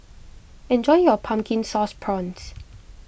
enjoy your Pumpkin Sauce Prawns